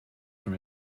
from